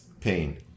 pain